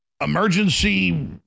emergency